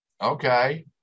Okay